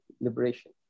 liberation